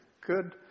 good